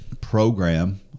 program